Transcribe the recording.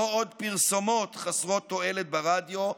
לא עוד פרסומות חסרות תועלת ברדיו,